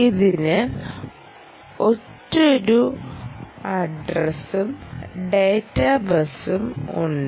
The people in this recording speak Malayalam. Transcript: ഇതിന് ഒരൊറ്റ അഡ്രസും ഡാറ്റ ബസും ഉണ്ട്